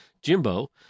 Jimbo